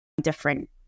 different